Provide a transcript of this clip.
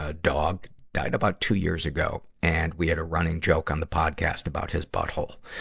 ah dog. died about two years ago. and, we had a running joke on the podcast about his butthole.